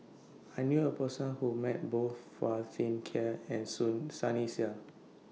I knew A Person Who has Met Both Phua Thin Kiay and Sunny Sia